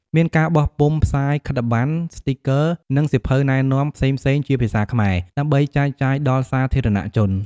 មានការបោះពុម្ពផ្សាយខិត្តប័ណ្ណ ស្ទីគ័រ និងសៀវភៅណែនាំផ្សេងៗជាភាសាខ្មែរ ដើម្បីចែកចាយដល់សាធារណជន ។